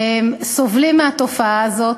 סובלים מהתופעה הזאת.